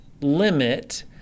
limit